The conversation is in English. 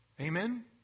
Amen